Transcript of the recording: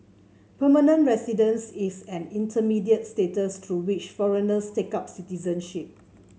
permanent residence is an intermediate status through which foreigners take up citizenship